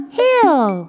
hill